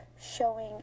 Showing